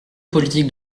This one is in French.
politiques